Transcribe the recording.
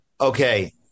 Okay